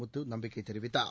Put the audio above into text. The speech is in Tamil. முத்து நம்பிக்கை தெரிவித்தார்